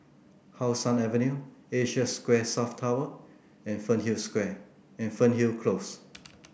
How Sun Avenue Asia Square South Tower and Fernhill Square and Fernhill Close